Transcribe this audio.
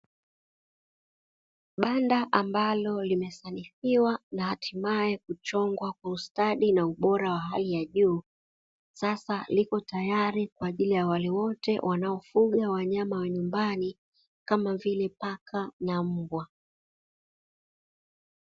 Banda ambalo limesanifiwa na hatimae kuchongwa kwa ustadi na ubora wa hali ya juu, sasa liko tayari kwa wale wote ambao wanafuga wanyama wa nyumbani kama vile paka na mbwa.